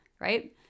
right